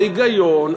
ההיגיון,